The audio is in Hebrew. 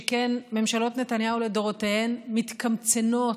שכן ממשלות נתניהו לדורותיהן מתקמצנות,